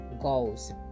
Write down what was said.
goals